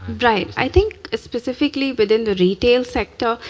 right. i think specifically within the retail sector,